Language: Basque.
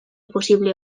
posible